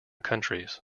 countries